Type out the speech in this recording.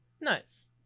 Nice